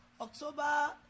October